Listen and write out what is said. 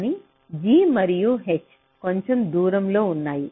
కాని g మరియు h కొంచెం దూరంలో ఉన్నాయి